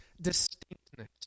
distinctness